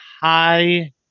hi